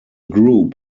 group